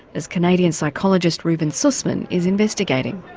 as canadian psychologist reuven sussman is investigating.